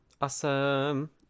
Awesome